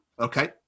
Okay